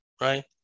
right